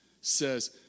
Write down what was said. says